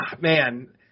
man